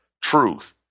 truth